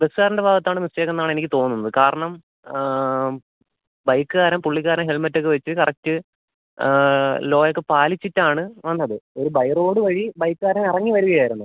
ബസ്സുകാരൻ്റെ ഭാഗത്താണ് മിസ്റ്റേക്ക് എന്നാണ് എനിക്ക് തോന്നുന്നത് കാരണം ബൈക്കുകാരൻ പുള്ളിക്കാരൻ ഹെൽമെറ്റ് ഒക്കെ വെച്ച് കറക്റ്റ് ലോയൊക്കെ പാലിച്ചിട്ടാണ് വന്നത് ഒരു ബൈ റോഡ് വഴി ബൈക്കുകാരൻ ഇറങ്ങി വരുകയായിരുന്നു